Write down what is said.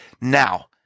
now